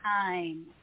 time